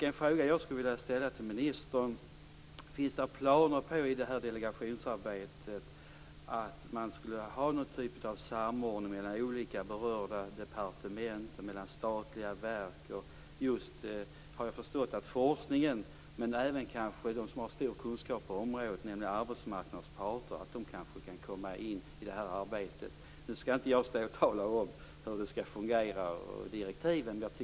En fråga som jag skulle vilja ställa till ministern är: Finns det planer i det här delegationsarbetet på att man skulle ha någon typ av samordning mellan olika berörda departement och mellan statliga verk? Jag har förstått att just forskningen - men även de som har stor kunskap på området, nämligen arbetsmarknadens parter - skall komma in i arbetet. Nu skall inte jag stå och tala om hur det skall fungera och vilka direktiv det skall vara.